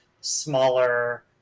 smaller